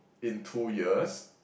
in two years